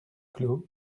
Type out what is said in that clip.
clos